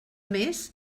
més